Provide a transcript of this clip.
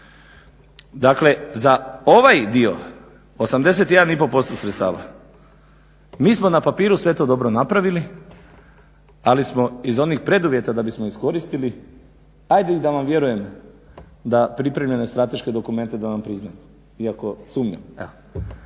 Dakle za ovaj dio 81,5% sredstava mi smo na papiru sve to dobro napravili ali smo iz onih preduvjeta da bismo iskoristili, ajde da vam vjerujem da pripremljene strateške dokumente da vam priznam, iako sumnjam.